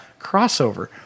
crossover